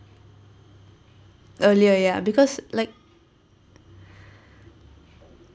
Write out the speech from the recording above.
earlier ya because like